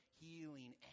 healing